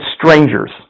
strangers